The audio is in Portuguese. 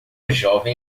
jovem